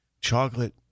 chocolate